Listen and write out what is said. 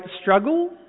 struggle